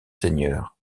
seigneurs